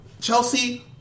Chelsea